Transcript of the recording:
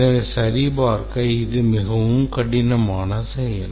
எனவே சரிபார்க்க இது மிகவும் கடினமான செயல்